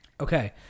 Okay